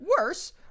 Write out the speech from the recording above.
Worse